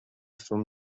from